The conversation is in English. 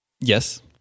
Yes